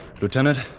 Lieutenant